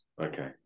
okay